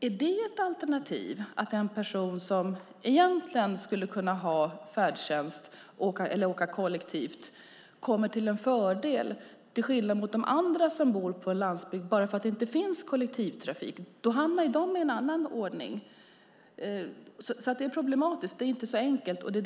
Är det ett alternativ som är till fördel för en person som skulle kunna åka kollektivt? De som bor på landsbygden men inte har kollektivtrafik hamnar i en annan sits. Det är problematiskt och inte så enkelt.